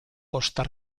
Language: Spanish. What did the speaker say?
costa